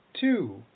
two